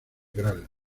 gral